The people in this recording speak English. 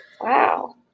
wow